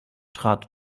trat